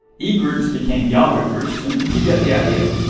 e groups became yahoo groups and you get the idea.